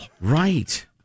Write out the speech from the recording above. Right